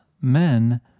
men